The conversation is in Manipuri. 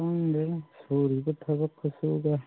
ꯈꯪꯗ꯭ꯔꯦꯗ ꯁꯨꯔꯤꯕ ꯊꯕꯛ ꯈꯨꯁꯨꯒ